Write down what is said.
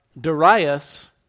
Darius